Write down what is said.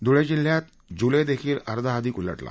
धुळे जिल्ह्यात जुलैदेखील अर्धाअधिक उलटला